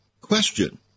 Question